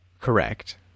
correct